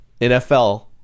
NFL